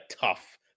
tough